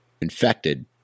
infected